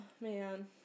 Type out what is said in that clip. man